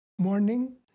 Morning